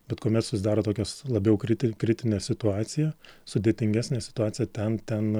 bet kuomet susidaro tokios labiau kriti kritinė situacija sudėtingesnė situacija ten ten